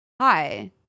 Hi